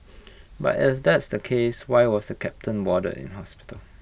but if that's the case why was the captain warded in hospital